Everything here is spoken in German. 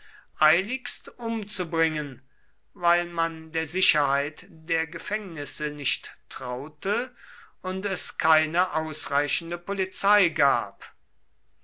eiligst umzubringen weil man der sicherheit der gefängnisse nicht traute und es keine ausreichende polizei gab